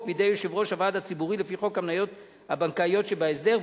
בידי יושב-ראש הוועד הציבורי לפי חוק המניות הבנקאיות שבהסדר,